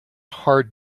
hard